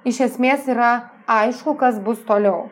iš esmės yra aišku kas bus toliau